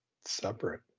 separate